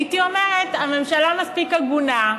הייתי אומרת שהממשלה מספיק הגונה,